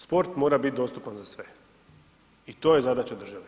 Sport mora biti dostupan za sve i to je zadaća države.